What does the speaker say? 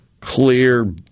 clear